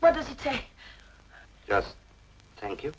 what does it take yes thank you